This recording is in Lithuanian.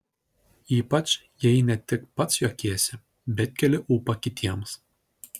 ypač jei ne tik pats juokiesi bet keli ūpą kitiems